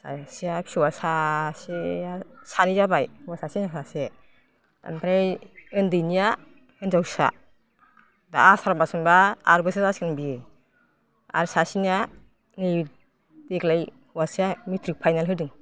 सासेया फिसौआ सासेया सानै जाबाय हौवा सासे हिनजाव ओमफ्राय उन्दैनिया हिन्जावसा दा आसार मास मोनबा आरै बोसोर जासिगोन बियो आरो सासेनिया नै देग्लाय हौवासाया मेथ्रिक फायनाल होदों